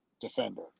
defender